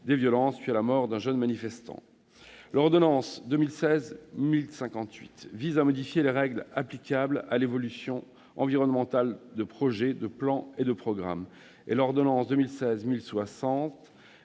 des violences, puis à la mort d'un jeune manifestant. L'ordonnance n° 2016-1058 vise à modifier les règles applicables à l'évaluation environnementale des projets, plans et programmes et l'ordonnance n° 2016-1060